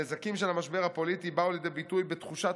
הנזקים של המשבר הפוליטי באו לידי ביטוי בתחושת